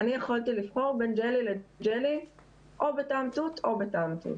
אני יכולתי לבחור בין ג'לי לג'לי או בטעם תות או בטעם תות.